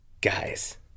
Guys